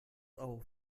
auf